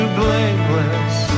blameless